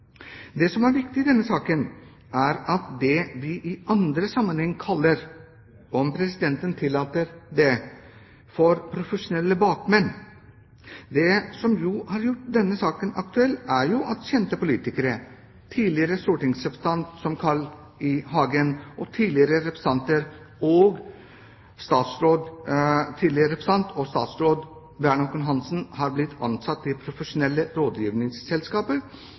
Det som er viktig i denne saken, er det vi i andre sammenhenger kaller – om presidenten tillater det – for «profesjonelle bakmenn». Det som jo har gjort denne saken aktuell, er at kjente politikere, som tidligere stortingsrepresentant Carl I. Hagen og tidligere representant og statsråd Bjarne Håkon Hanssen, har blitt ansatt i profesjonelle rådgivningsselskaper